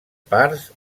parts